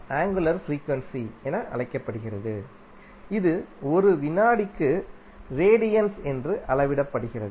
angular frequency என அழைக்கப்படுகிறது இது ஒரு வினாடிக்கு ரேடியன்ஸ் என்று அளவிடப்படுகிறது